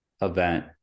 event